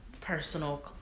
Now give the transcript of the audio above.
personal